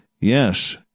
yes